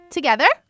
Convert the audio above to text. Together